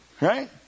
Right